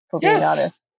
Yes